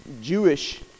Jewish